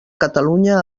catalunya